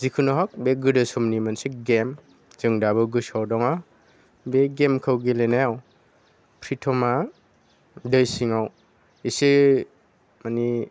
जिखुनु हक बे गोदो समनि मोनसे गेम जों दाबो गोसोआव दङ बे गेमखौ गेलेनायाव प्रिटमा दै सिङाव इसे माने